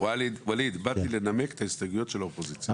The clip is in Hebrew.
באתי לנמק את ההסתייגויות של האופוזיציה.